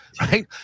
Right